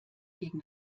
gegen